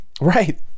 Right